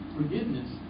forgiveness